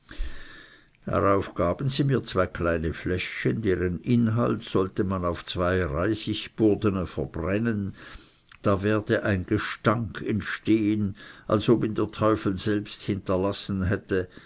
darauf gaben sie mir zwei kleine fläschchen deren inhalt sollte man auf zwei reisigburdene verbrennen da werde ein gestank entstehen als ob ihn der teufel selbst hinterlassen hätte